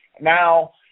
Now